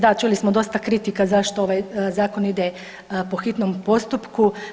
Da, čuli smo dosta kritika zašto ovaj zakon ide po hitnom postupku.